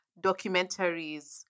documentaries